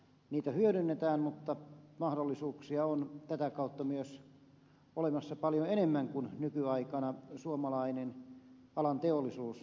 niitä hyödynnetään mutta mahdollisuuksia on tätä kautta myös olemassa paljon enemmän kuin nykyaikana suomalainen alan teollisuus hyväksikäyttää